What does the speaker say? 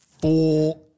four